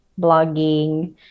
blogging